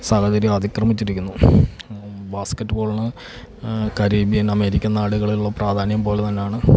സാഹചര്യം അതിക്രമിച്ചിരിക്കുന്നു ബാസ്കറ്റ്ബോളിന് കരീബിയൻ അമേരിക്കൻ നാടുകളിൽ ഉള്ള പ്രാധാന്യം പോലെ തന്നെയാണ്